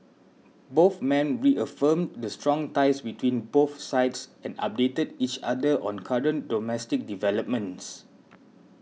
both men reaffirmed the strong ties between both sides and updated each other on current domestic developments